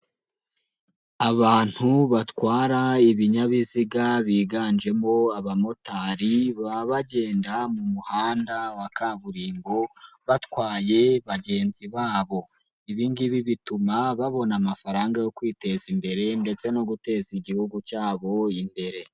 Abantu batwara ibinyabiziga, biganjemo abamotari, baba bagenda mu muhanda wa kaburimbo batwaye bagenzi babo, ibi ngibi bituma babona amafaranga yo kwiteza imbere ndetse no guteza igihugu cyabo imbere.